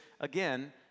again